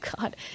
god